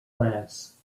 class